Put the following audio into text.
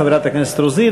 חברת הכנסת רוזין,